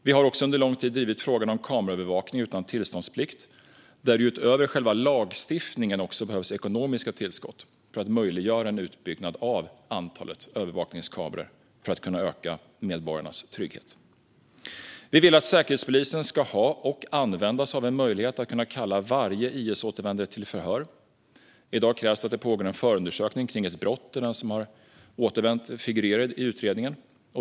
Vi har också under lång tid drivit frågan om kameraövervakning utan tillståndsplikt där det utöver själva lagstiftningen också behövs ekonomiska tillskott för att möjliggöra en utbyggnad av antalet övervakningskameror för att kunna öka medborgarnas trygghet. Vi vill att Säkerhetspolisen ska ha och kunna använda sig av en möjlighet att kalla varje IS-återvändare till förhör. I dag krävs att det pågår en förundersökning kring ett brott där den som har återvänt figurerar i utredningen.